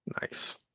Nice